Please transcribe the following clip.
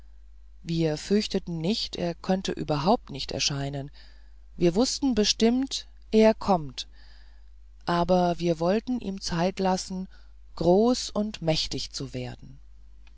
wir fürchteten nicht er könnte überhaupt nicht erscheinen wir wußten bestimmt er kommt aber wir wollten ihm zeit lassen groß und mächtig zu werden